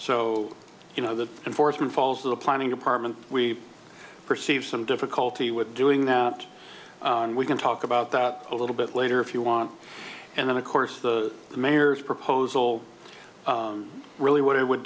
so you know that and forstmann falls to the planning department we perceive some difficulty with doing that and we can talk about that a little bit later if you want and of course the mayor's proposal really what i would